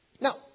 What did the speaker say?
Now